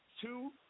two